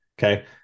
Okay